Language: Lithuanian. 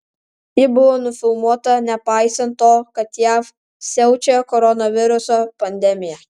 ji buvo nufilmuota nepaisant to kad jav siaučia koronaviruso pandemija